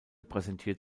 präsentiert